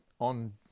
on